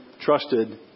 trusted